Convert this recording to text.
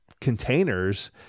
containers